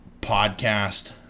podcast